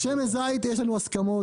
שמן זית יש לנו הסכמות.